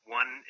one